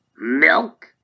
Milk